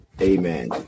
Amen